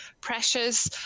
pressures